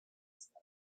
sky